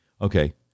Okay